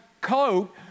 coat